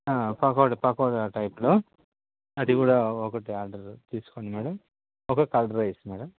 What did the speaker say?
పకోడా పకోడా టైప్లో అది కూడా ఒకటి ఆర్డర్ తీసుకోండి మేడమ్ ఒక కర్డ్ రైస్ మేడమ్